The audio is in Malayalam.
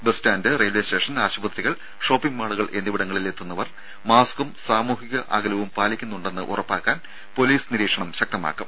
ബസ്സ്റ്റാന്റ് റെയിൽവെ സ്റ്റേഷൻ ആശുപത്രികൾ ഷോപ്പിങ്ങ് മാളുകൾ എന്നിവിടങ്ങളിൽ എത്തുന്നവർ മാസ്കും സാമൂഹിക അകലവും പാലിക്കുന്നുണ്ടെന്ന് ഉറപ്പാക്കാൻ പൊലീസ് നിരീക്ഷണം ശക്തമാക്കും